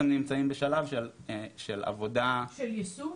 נמצאים בשלב של עבודה -- של יישום?